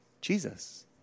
Jesus